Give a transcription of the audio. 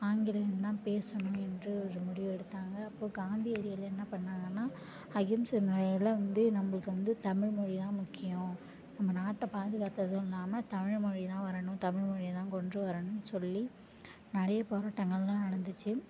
ஆங்கிலந்தான் பேசணும் என்று ஒரு முடிவெடுத்தாங்க அப்போது காந்தியடிகள் என்ன பண்ணாங்கனால் அகிம்ச முறையில் வந்து நம்மளுக்கு வந்து தமிழ் மொழிதான் முக்கியம் நம்ம நாட்டை பாதுகாத்ததும் நாம் தமிழ் மொழிதான் வரணும் தமிழ் மொழியைதான் கொண்டு வரணுன்னு சொல்லி நிறைய போராட்டங்கள்லாம் நடந்துச்சு